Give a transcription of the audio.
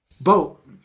boat